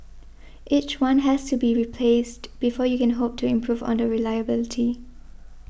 each one has to be replaced before you can hope to improve on the reliability